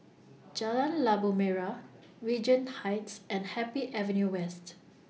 Jalan Labu Merah Regent Heights and Happy Avenue West